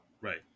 right